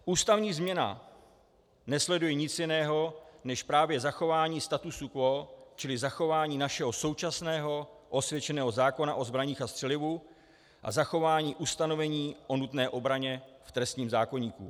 Ústavní změna nesleduje nic jiného než právě zachování statu quo, čili zachování našeho současného osvědčeného zákona o zbraních a střelivu a zachování ustanovení o nutné obraně v trestním zákoníku.